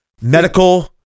medical